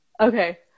Okay